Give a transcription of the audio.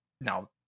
now